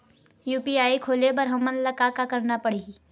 UPI खोले बर हमन ला का का करना पड़ही?